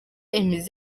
imizi